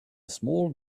small